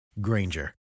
Granger